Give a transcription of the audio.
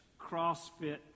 CrossFit